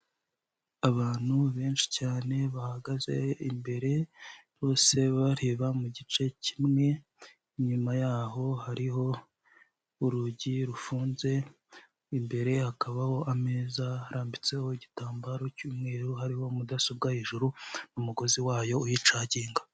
Abantu benshi cyane bahagaze imbere bose bareba mu gice kimwe, inyuma yaho hariho urugi rufunze, imbere hakabaho ameza harambitseho igitambaro cy'umweru, hariho mudasobwa hejuru n'umugozi wayo uyicaginga.